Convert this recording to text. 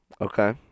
Okay